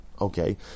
Okay